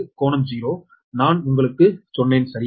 956∟0 நான் உங்களுக்குச் சொன்னேன் சரியா